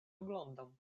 oglądam